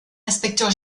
inspecteur